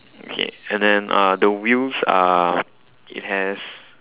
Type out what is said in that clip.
okay and then uh the wheels are it has